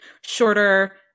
shorter